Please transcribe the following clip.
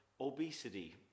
obesity